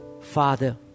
Father